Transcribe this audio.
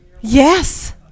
Yes